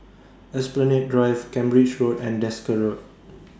Esplanade Drive Cambridge Road and Desker Road